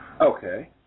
Okay